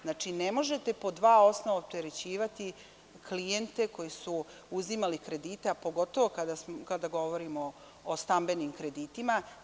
Znači, ne možete po dva osnova opterećivati klijente koji su uzimali kredite, a pogotovo kada govorimo o stambenim kreditima.